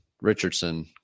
Richardson